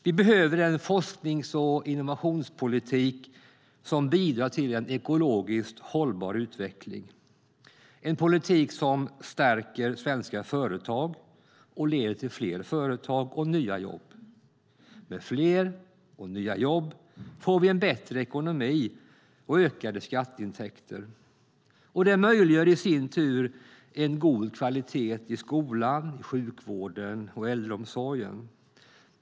Vi behöver en forsknings och innovationspolitik som bidrar till en ekologiskt hållbar utveckling, en politik som stärker svenska företag och leder till fler företag och nya jobb. Med fler och nya jobb får vi en bättre ekonomi och ökade skatteintäkter. Det möjliggör i sin tur en god kvalitet i skolan, sjukvården och äldreomsorgen.